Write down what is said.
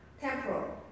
temporal